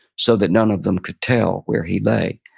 so that none of them could tell where he'd lay.